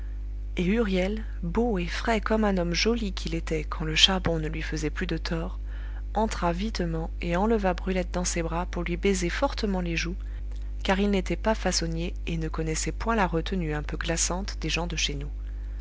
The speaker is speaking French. et huriel beau et frais comme un homme joli qu'il était quand le charbon ne lui faisait plus de tort entra vitement et enleva brulette dans ses bras pour lui baiser fortement les joues car il n'était pas façonnier et ne connaissait point la retenue un peu glaçante des gens de chez nous